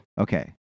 Okay